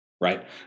right